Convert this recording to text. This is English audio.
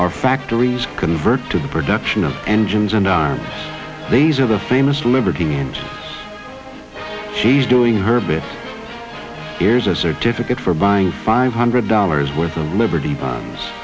our factories convert to the production of engines and aren't these are the famous liberty and she's doing her bit here's a certificate for buying five hundred dollars worth of liberty bo